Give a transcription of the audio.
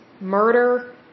murder